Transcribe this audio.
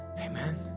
Amen